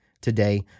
today